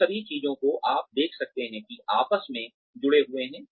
इन सभी चीजों को आप देख सकते हैं कि आपस में जुड़े हुए हैं